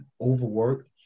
overwork